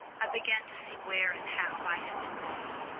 i began to see where and how i had been wrong,